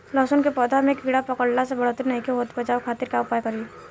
लहसुन के पौधा में कीड़ा पकड़ला से बढ़ोतरी नईखे होत बचाव खातिर का उपाय करी?